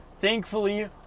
thankfully